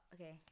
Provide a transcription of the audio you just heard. Okay